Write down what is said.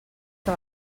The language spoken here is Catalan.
que